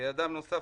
אדם נוסף,